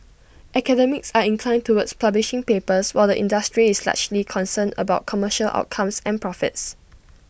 academics are inclined towards publishing papers while the industry is largely concerned about commercial outcomes and profits